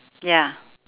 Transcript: ya